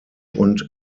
und